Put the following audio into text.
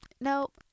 nope